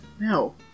No